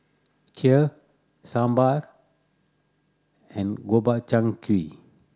Kheer Sambar and Gobchang Gui